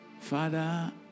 Father